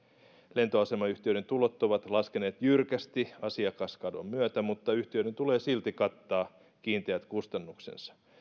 lentoasemayhtiöiden tulot ovat laskeneet jyrkästi asiakaskadon myötä mutta yhtiöiden tulee silti kattaa kiinteät kustannuksensa